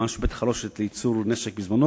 ממש בית-חרושת לייצור נשק בזמנו,